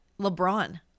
LeBron